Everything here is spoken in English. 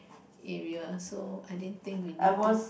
area so I didn't think we to